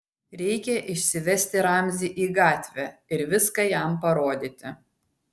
reikia išsivesti ramzį į gatvę ir viską jam parodyti